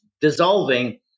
dissolving